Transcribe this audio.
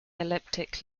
elliptic